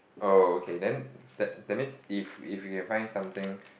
oh okay then that that means if if we can find something